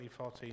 2014